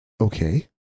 Okay